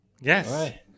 Yes